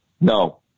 No